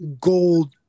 gold